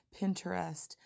Pinterest